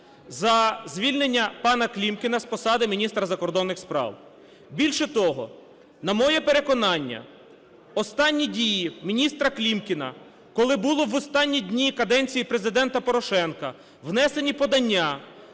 за звільнення пана Клімкіна з посади міністра закордонних справ. Більше того, на моє переконання, останні дії міністра Клімкіна, коли були в останні дні каденції Президента Порошенка внесені подання